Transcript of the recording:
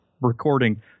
recording